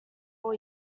all